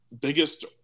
biggest